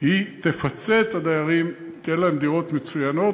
היא תפצה את הדיירים, תיתן להם דירות מצוינות,